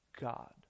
God